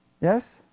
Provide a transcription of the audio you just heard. yes